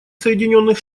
соединенных